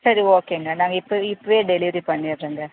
சரி ஓகேங்க நாங்கள் இப்பவே இப்பவே டெலிவரி பண்ணிடுறோங்க